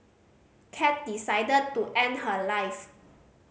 cat decided to end her life